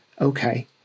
Okay